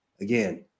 Again